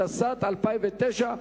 התשס"ט 2009,